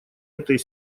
этой